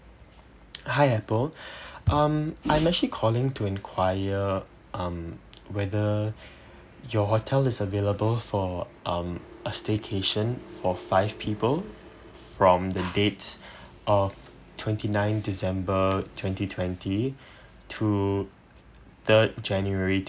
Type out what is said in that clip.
hi apple um I'm actually calling to inquire um whether your hotel is available for um a staycation for five people from the dates of twenty nine december twenty twenty to third january